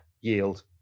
yield